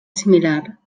similar